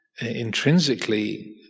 intrinsically